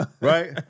Right